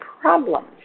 problems